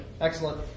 Excellent